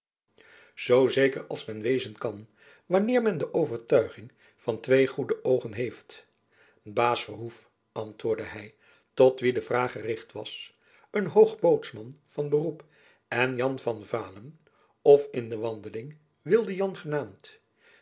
zoo zeker als men wezen kan wanneer men de overtuiging van twee goede oogen heeft baas verhoef antwoordde hy tot wien de vraag gericht was een hoogbootsman van beroep en jan van vaalen of in de wandeling wilde jan genaamd